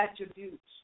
attributes